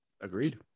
agreed